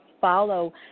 follow